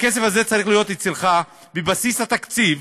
הכסף הזה צריך להיות אצלך בבסיס התקציב,